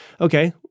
Okay